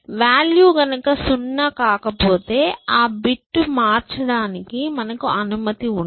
value గనక ౦ కాకపోతే ఆ బిట్ మార్చడానికి మనకు అనుమతి ఉండదు